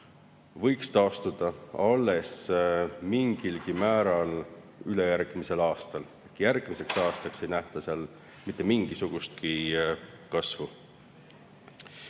määral taastuda alles ülejärgmisel aastal. Järgmiseks aastaks ei nähta seal mitte mingisugustki kasvu.